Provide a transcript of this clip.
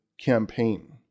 campaign